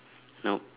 nope